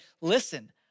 listen